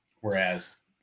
Whereas